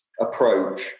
approach